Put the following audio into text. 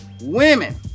Women